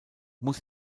muss